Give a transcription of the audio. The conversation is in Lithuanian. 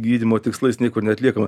gydymo tikslais niekur neatliekama